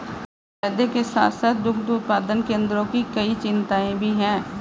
फायदे के साथ साथ दुग्ध उत्पादन केंद्रों की कई चिंताएं भी हैं